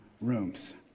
rooms